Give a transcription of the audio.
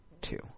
two